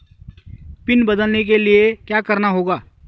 Pin बदलने के लिए क्या करना होगा?